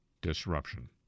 disruption